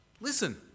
listen